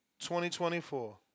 2024